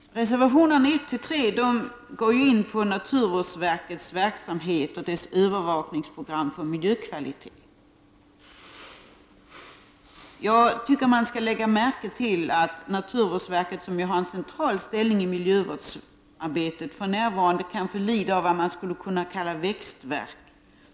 Reservationerna 1-3 gäller naturvårdsverkets verksamhet och dess övervakningsprogram för miljökvalitet. Jag tycker att man skall lägga märke till att naturvårdsverket, som ju har en central ställning i miljövårdsarbetet, för närvarande lider av vad man skulle kunna kalla växtvärk.